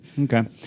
Okay